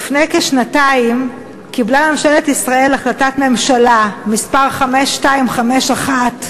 לפני כשנתיים קיבלה ממשלת ישראל החלטת ממשלה מס' 5251,